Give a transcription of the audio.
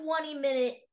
20-minute